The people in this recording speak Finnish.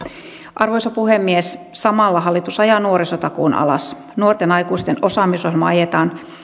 arvoisa puhemies samalla hallitus ajaa nuorisotakuun alas nuorten aikuisten osaamisohjelma ajetaan